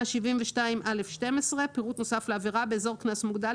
סידוריהתקנההקנס 1372(א)(12)באזור קנס מוגדל,